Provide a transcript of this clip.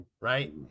right